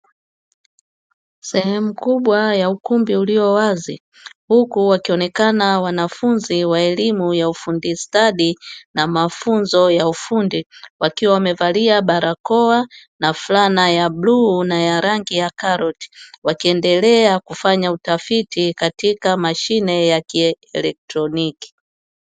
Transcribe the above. Sehemu kubwa ya ukumbi ulio wazi huku wakionekana wanafunzi wa elimu ya ufundi stadi na mafunzo ya ufundi, wakiwa wamevalia barakoa na fulana ya bluu na ya rangi ya karoti, wakiendelea kufanya utafiti katika mashine ya kielektroniki.